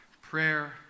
prayer